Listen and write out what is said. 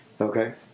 Okay